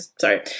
sorry